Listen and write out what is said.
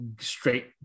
straight